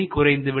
குறைந்துவிடும்